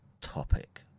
topic